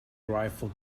rifle